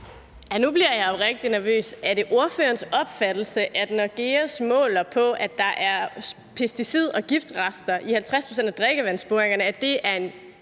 Nu bliver jo rigtig nervøs: Er det ordførerens opfattelse, at når GEUS måler, at der er pesticidrester, giftrester i 50 pct. af drikkevandsboringerne, så er det en